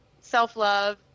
self-love